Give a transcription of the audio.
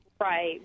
right